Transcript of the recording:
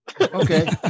okay